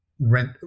rent